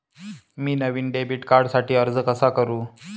मी नवीन डेबिट कार्डसाठी अर्ज कसा करु?